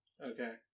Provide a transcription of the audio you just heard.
Okay